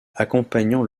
accompagnant